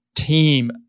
team